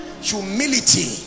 humility